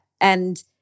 And-